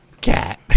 Cat